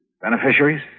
Beneficiaries